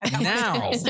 Now